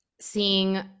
seeing